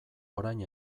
orain